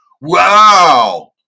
Wow